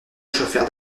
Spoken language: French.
chauffeur